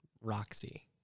roxy